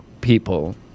people